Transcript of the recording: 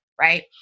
right